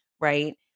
Right